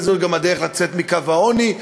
וזו גם הדרך לעלות מעל לקו העוני,